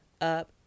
up